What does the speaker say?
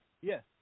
yes